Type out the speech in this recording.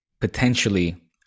potentially